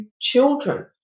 children